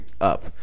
up